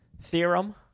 theorem